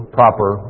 proper